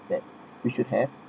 that you should have